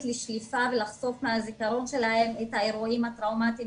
לשליפה ולחשוף מהזיכרון שלהם את האירועים הטראומטיים